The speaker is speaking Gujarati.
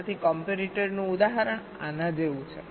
તેથી કોમ્પેરેટર નું ઉદાહરણ આના જેવું છે